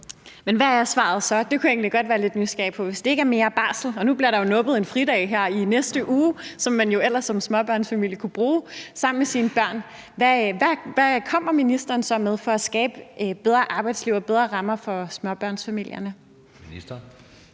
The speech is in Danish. hvad er svaret så? Det kunne jeg egentlig godt være lidt nysgerrig på. Hvis det ikke er mere barsel – og nu bliver der jo nuppet en fridag her i næste uge, som man ellers som småbørnsforældre kunne bruge sammen med sine børn – hvad vil ministeren så komme med for at skabe et bedre arbejdsliv og bedre rammer for småbørnsfamilierne? Kl.